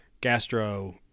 gastro